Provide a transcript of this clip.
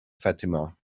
fatima